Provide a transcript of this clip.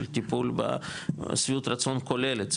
של טיפול בשביעות רצון כוללת,